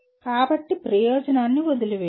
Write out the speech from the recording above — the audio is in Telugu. కాబట్టి ప్రయోజనాన్ని వదిలివేయండి